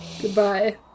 Goodbye